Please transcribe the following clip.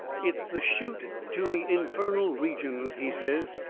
it's the chute to the infernal regions, he says.